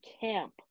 camp